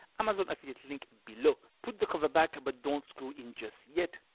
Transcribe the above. amazon affiliate link below. put the cover back but don't screw in just yet.